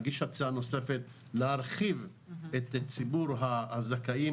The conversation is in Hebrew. להגיש הצעה נוספת להרחיב את ציבור הזכאים,